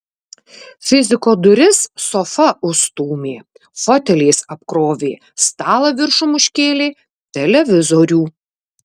fiziko duris sofa užstūmė foteliais apkrovė stalą viršum užkėlė televizorių